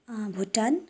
Bhutan